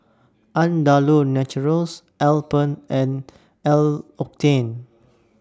Andalou Naturals Alpen and L'Occitane